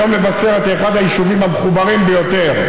היום מבשרת היא אחד היישובים המחוברים ביותר,